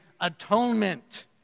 atonement